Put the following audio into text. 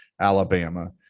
Alabama